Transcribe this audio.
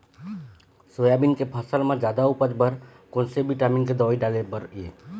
Soybean के फसल म जादा उपज बर कोन से विटामिन के दवई डाले बर ये?